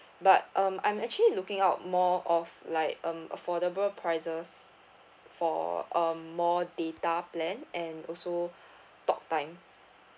but um I'm actually looking out more of like um affordable prices for um more data plan and also talk time